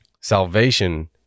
Salvation